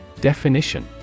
Definition